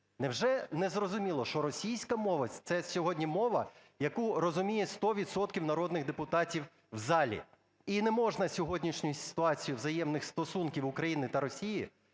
Невже не зрозуміло, що російська мова – це сьогодні мова, яку розуміє 100 відсотків народних депутатів в залі, і не можна сьогоднішню ситуацію взаємних стосунків України та Росії